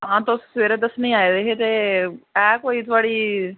आं तुस सबेरै दस्सनै गी आये दे हे ते ऐ कोई थुआढ़ी